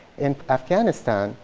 in afghanistan,